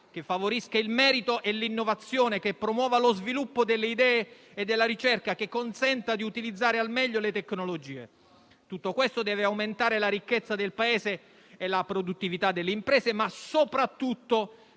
che favorisca il merito e l'innovazione, che promuova lo sviluppo delle idee e della ricerca, che consenta di utilizzare al meglio le tecnologie. Tutto ciò deve aumentare la ricchezza del Paese e la produttività delle imprese, ma soprattutto